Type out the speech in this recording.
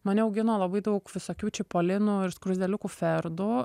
mane augino labai daug visokių čipolinų ir skruzdėliukų ferdų